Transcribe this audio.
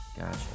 Gotcha